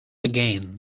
again